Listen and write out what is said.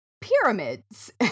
pyramids